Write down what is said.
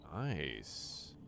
Nice